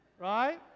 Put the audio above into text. right